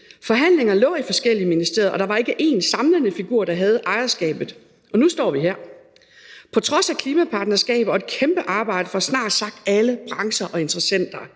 Forhandlinger lå i forskellige ministerier, og der var ikke én samlende figur, der havde ejerskabet – og nu står vi her. På trods af klimapartnerskaber og et kæmpearbejde fra snart sagt alle brancher og interessenter